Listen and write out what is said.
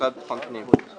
המשרד לביטחון הפנים.